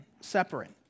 separate